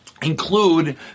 Include